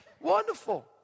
Wonderful